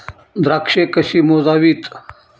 द्राक्षे कशी मोजावीत?